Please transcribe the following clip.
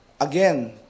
again